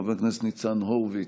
חבר הכנסת ניצן הורוביץ,